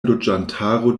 loĝantaro